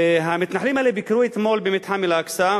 המתנחלים האלה ביקרו אתמול במתחם אל-אקצא,